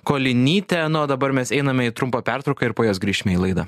kolinytė na o dabar mes einame į trumpą pertrauką ir po jos grįšime į laidą